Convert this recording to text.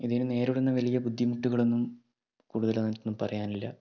ഇതിൽ നേരിടുന്ന വലിയ ബുദ്ധിമുട്ടുകളൊന്നും കൂടുതലായിട്ടൊന്നും പറയാനില്ല